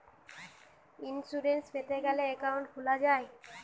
insurance পেতে গ্যালে account খুলা যায়